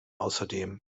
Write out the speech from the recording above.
außerdem